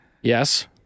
Yes